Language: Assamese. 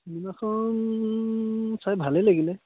চিনেমাখন চাই ভালেই লাগিলে